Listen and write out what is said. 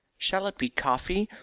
shall it be coffee,